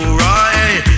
right